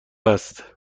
است